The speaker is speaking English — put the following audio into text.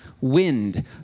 wind